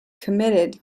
committed